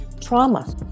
trauma